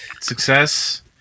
success